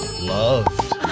Love